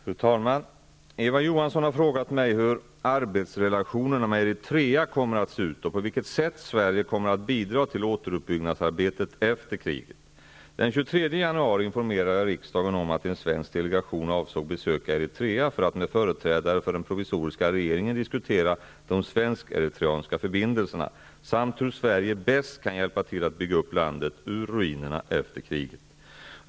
Fru talman! Eva Johansson har frågat mig hur arbetsrelationerna med Eritrea kommer att se ut och på vilket sätt Sverige kommer att bidra till återuppbyggnadsarbetet efter kriget. Den 23 januari informerades riksdagen om att en svensk delegation avsåg besöka Eritrea för att med företrädare för den provisoriska regeringen diskutera de svensk-eritreanska förbindelserna, samt hur Sverige bäst kan hjälpa till att bygga upp landet ur ruinerna efter kriget.